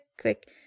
click